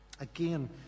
Again